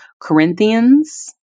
Corinthians